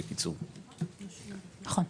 נכון.